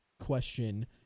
question